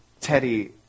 Teddy